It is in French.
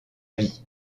vie